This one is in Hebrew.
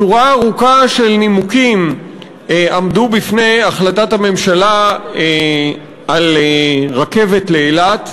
שורה ארוכה של נימוקים עמדו בפני הממשלה בהחליטה על רכבת לאילת,